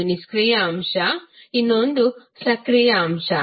ಒಂದು ನಿಷ್ಕ್ರಿಯ ಅಂಶ ಮತ್ತು ಇನ್ನೊಂದು ಸಕ್ರಿಯ ಅಂಶ